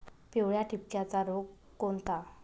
पिवळ्या ठिपक्याचा रोग कोणता?